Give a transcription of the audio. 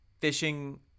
fishing